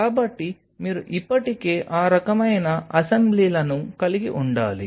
కాబట్టి మీరు ఇప్పటికే ఆ రకమైన అసెంబ్లీలను కలిగి ఉండాలి